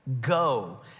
go